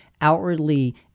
outwardly